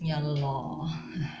ya lor